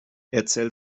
erzähl